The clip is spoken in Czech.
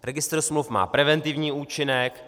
Registr smluv má preventivní účinek.